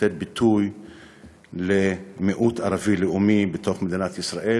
לתת ביטוי למיעוט ערבי לאומי בתוך מדינת ישראל